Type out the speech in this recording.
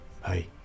Hi